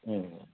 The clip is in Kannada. ಹ್ಞೂ